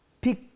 Pick